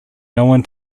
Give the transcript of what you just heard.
known